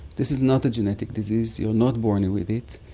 this is not a genetic disease, you are not born and with it,